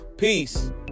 Peace